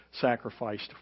sacrificed